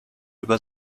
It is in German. über